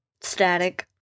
Static